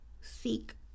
seek